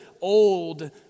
old